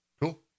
Cool